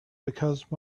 because